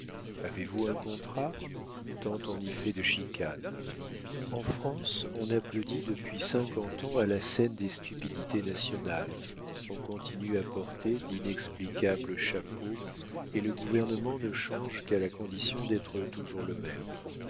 avez-vous un contrat tant on y fait de chicanes en france on applaudit depuis cinquante ans à la scène des stupidités nationales on continue à porter d'inexplicables chapeaux et le gouvernement ne change qu'à la condition d'être toujours le même